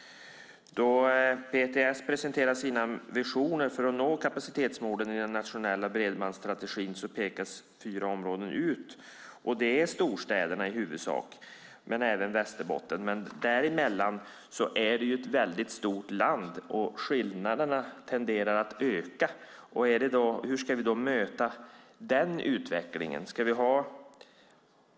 Då PTS presenterade sina visioner för att nå kapacitetsmålen i den nationella bredbandsstrategin pekades fyra områden ut. Det är i huvudsak storstäderna och även Västerbotten. Men däremellan är det ett väldigt stort land, och skillnaderna tenderar att öka. Hur ska vi möta den utvecklingen?